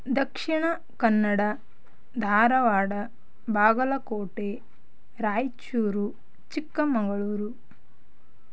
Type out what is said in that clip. Dakshina Kannada Dharwad Bagalkot Raichur Chikkamagaluru